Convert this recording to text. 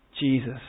Jesus